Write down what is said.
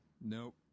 Nope